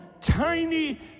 tiny